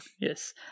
Yes